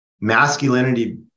masculinity